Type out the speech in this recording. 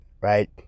Right